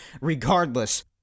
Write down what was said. regardless